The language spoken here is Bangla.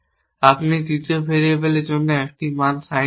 আপনি দ্বিতীয় ভেরিয়েবলের জন্য একটি মান সাইন করেছেন